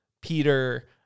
Peter